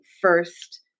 first